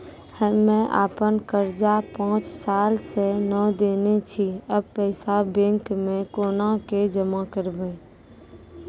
हम्मे आपन कर्जा पांच साल से न देने छी अब पैसा बैंक मे कोना के जमा करबै?